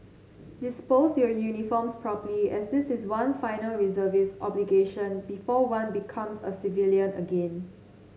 dispose your uniforms properly as this is one final reservist obligation before one becomes a civilian again